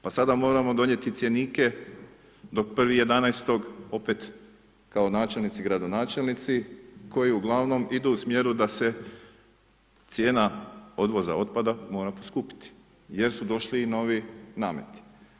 Pa sada moramo donijeti cjenike do 1.11. opet kao načelnici, gradonačelnici koji uglavnom idu u smjeru da se cijena odvoza otpada mora poskupiti jer su došli i novi nameti.